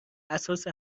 اساس